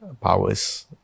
powers